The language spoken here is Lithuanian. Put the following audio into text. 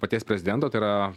paties prezidento tai yra